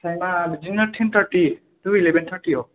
टाइमा बिदिनो ten thirty to eleven thirty याव